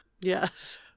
Yes